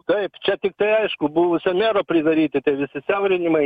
taip čia tiktai aišku buvusio mero pridaryti tai susiaurinimai